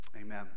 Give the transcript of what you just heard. amen